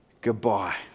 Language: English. goodbye